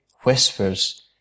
whispers